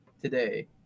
today